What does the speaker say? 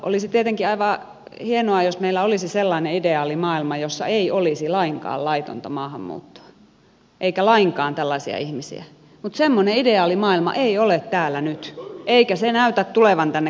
olisi tietenkin aivan hienoa jos meillä olisi sellainen ideaali maailma jossa ei olisi lainkaan laitonta maahanmuuttoa eikä lainkaan tällaisia ihmisiä mutta semmoinen ideaali maailma ei ole täällä nyt eikä se näytä tulevan tänne kovin nopeasti